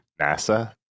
NASA